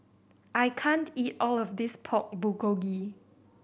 I can't eat all of this Pork Bulgogi